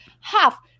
half